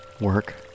work